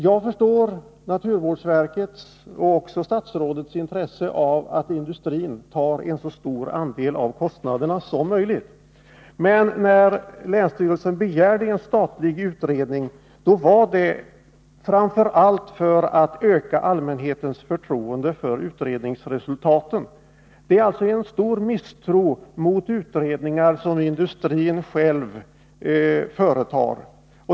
Jag förstår naturvårdsverkets och även statsrådets intresse av att industrin åtar sig en så stor andel av kostnaderna som möjligt. Att länsstyrelsen begärde en statlig utredning berodde dock framför allt på att allmänhetens förtroende för det resultat som en sådan utredning kom fram till därigenom skulle öka. Det råder stor misstro mot utredningar som industrin själv företar.